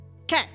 Okay